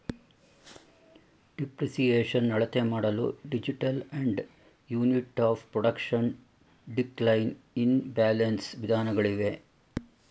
depreciation ಅಳತೆಮಾಡಲು digital and unit of production, decline in balance ವಿಧಾನಗಳಿವೆ